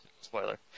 Spoiler